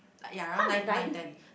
!huh! nine degree